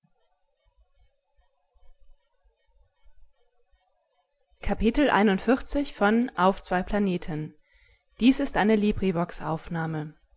das ist eine